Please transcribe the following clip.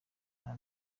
nta